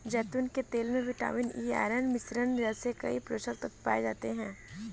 जैतून के तेल में विटामिन ई, आयरन, मिनरल जैसे कई पोषक तत्व पाए जाते हैं